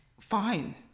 fine